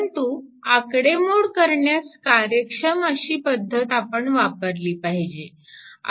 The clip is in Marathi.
परंतु आकडेमोड करण्यास कार्यक्षम अशी पद्धत आपण वापरली पाहिजे